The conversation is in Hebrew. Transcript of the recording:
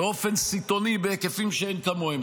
באופן סיטוני, בהיקפים שאין כמוהם.